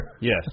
Yes